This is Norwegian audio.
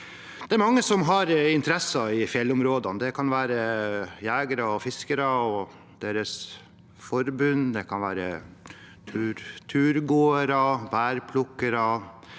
Det er mange som har interesser i fjellområdene. Det kan være jegere og fiskere og deres forbund. Det kan være turgåere, bærplukkere